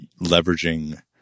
leveraging